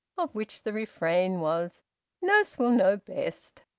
of which the refrain was nurse will know best.